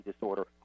disorder